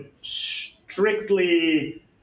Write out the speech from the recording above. strictly